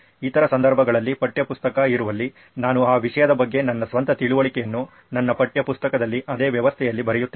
ಇತರ ಸಂದರ್ಭಗಳಲ್ಲಿ ಪಠ್ಯಪುಸ್ತಕ ಇರುವಲ್ಲಿ ನಾನು ಆ ವಿಷಯದ ಬಗ್ಗೆ ನನ್ನ ಸ್ವಂತ ತಿಳುವಳಿಕೆಯನ್ನು ನನ್ನ ಪಠ್ಯಪುಸ್ತಕದಲ್ಲಿ ಅದೇ ವ್ಯವಸ್ಥೆಯಲ್ಲಿ ಬರೆಯುತ್ತೇನೆ